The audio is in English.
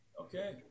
Okay